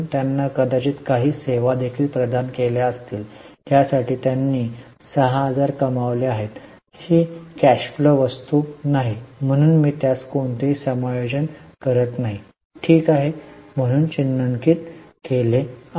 त्यांनी कदाचित काही सेवा देखील प्रदान केल्या असतील ज्यासाठी त्यांनी 6000 कमावले आहेत ही कॅश फ्लोवस्तू नाही म्हणून मी त्यास कोणतेही समायोजन ठीक नाही म्हणून चिन्हांकित केले आहे